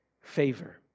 favor